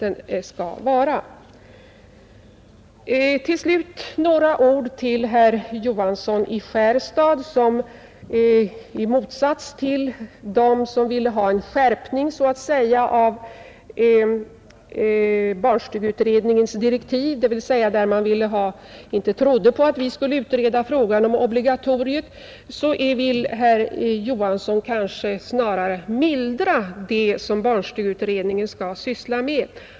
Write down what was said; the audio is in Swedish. Till slut skall jag säga några ord till herr Johansson i Skärstad, som i motsats till dem som vill ha en skärpning så att säga av barnstugeutredningens direktiv, dvs. de som inte trodde på att vi skulle utreda frågan om obligatoriet, snarare önskade mildra dessa direktiv.